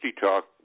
talk